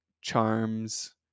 charms